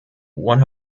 one